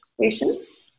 patients